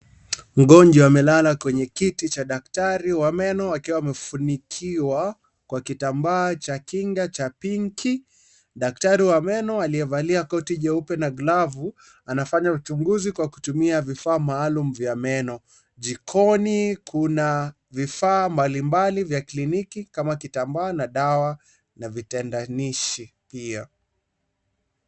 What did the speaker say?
Mgonjwa amelala kwenye kiti cha daktari wa meno akiwa amefunikiwa Kwa kitambaa cha kinga cha pinki, daktari wa meno aliyevaa koti jeupe na glavu anafanya uchunguzi Kwa kutumia vifaa maalum vya meno. Jikoni kuna vifaa mbalimbali vya kliniki kama kitambaa na dawa na vitendanishi hiyo.